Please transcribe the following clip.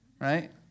right